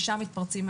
ושם זה מתפרץ.